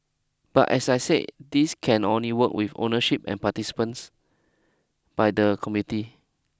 but as I said this can only work with ownership and participants by the committee